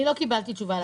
אני לא קיבלתי תשובה.